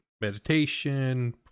meditation